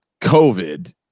COVID